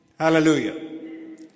Hallelujah